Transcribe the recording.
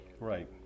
Right